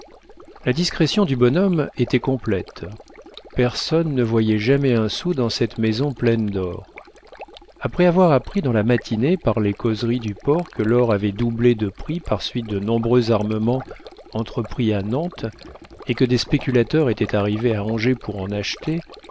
la discrétion du bonhomme était complète personne ne voyait jamais un sou dans cette maison pleine d'or après avoir appris dans la matinée par les causeries du port que l'or avait doublé de prix par suite de nombreux armements entrepris à nantes et que des spéculateurs étaient arrivés à angers pour en acheter